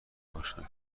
آشنا